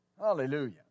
Hallelujah